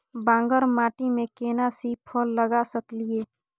बांगर माटी में केना सी फल लगा सकलिए?